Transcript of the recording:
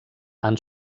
han